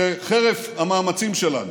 שחרף המאמצים שלנו